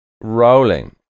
rolling